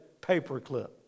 paperclip